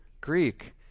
Greek